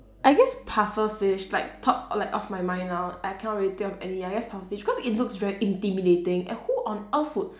I guess pufferfish like top like of my mind now I cannot really think of any ya just pufferfish cause it looks very intimidating and who on earth would